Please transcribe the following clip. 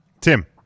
Tim